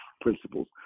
principles